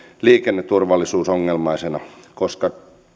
liikenneturvallisuusongelmaisina koska